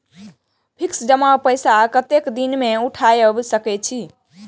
Fix जमा पैसा कतेक दिन में उठाई सके छी?